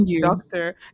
doctor